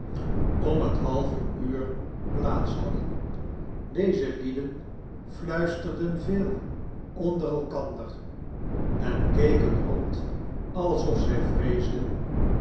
beroep halve uur plaats hadden deze lieden fluisterden veel onder elkander en keken rond alsof zij vreesden